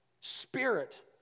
spirit